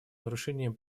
нарушением